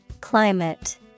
Climate